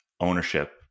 ownership